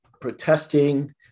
protesting